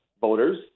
voters